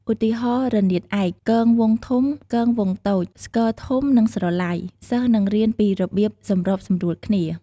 ឧទាហរណ៍ រនាតឯក គងវង់ធំ គងវង់តូច ស្គរធំ និងស្រឡៃ សិស្សនឹងរៀនពីរបៀបសម្របសម្រួលគ្នា។